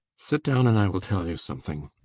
sit down, and i will tell you something.